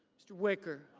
mr. wicker.